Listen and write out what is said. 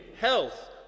health